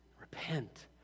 Repent